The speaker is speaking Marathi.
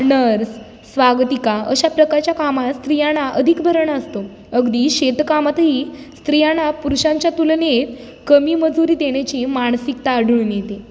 नर्स स्वागतिका अशा प्रकारच्या कामात स्त्रियाना अधिक भरणा असतो अगदी शेतकामातही स्त्रियांना पुरुषांच्या तुलनेत कमी मजुरी देण्याची मानसिकता आढळून येते